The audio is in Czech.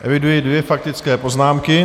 Eviduji dvě faktické poznámky.